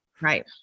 Right